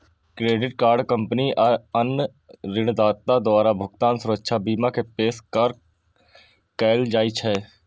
credit card कंपनी आ अन्य ऋणदाता द्वारा भुगतान सुरक्षा बीमा के पेशकश कैल जाइ छै